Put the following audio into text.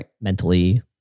mentally